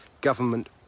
government